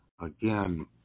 again